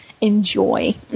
enjoy